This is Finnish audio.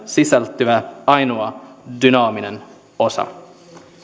sisältyvä ainoa dynaaminen osa